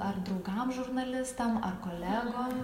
ar draugam žurnalistam ar kolegom